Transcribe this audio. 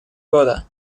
года